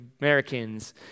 Americans